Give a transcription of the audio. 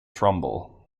trumbull